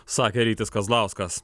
sakė rytis kazlauskas